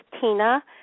Tina